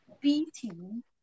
beating